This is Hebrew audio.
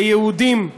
ליהודים "חזירים"